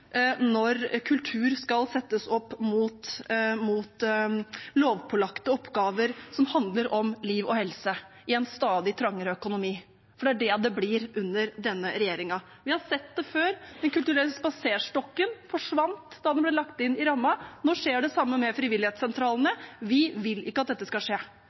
når kultur skal settes opp mot lovpålagte oppgaver som handler om liv og helse, i en stadig trangere økonomi, for det er det det blir under denne regjeringen? Vi har sett det før. Den kulturelle spaserstokken forsvant da den ble lagt inn i rammen. Nå skjer det samme med frivilligsentralene. Vi vil ikke at dette skal skje.